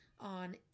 on